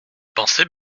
pensais